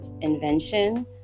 invention